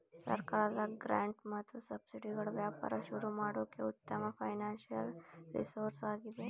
ಸರ್ಕಾರದ ಗ್ರಾಂಟ್ ಮತ್ತು ಸಬ್ಸಿಡಿಗಳು ವ್ಯಾಪಾರ ಶುರು ಮಾಡೋಕೆ ಉತ್ತಮ ಫೈನಾನ್ಸಿಯಲ್ ರಿಸೋರ್ಸ್ ಆಗಿದೆ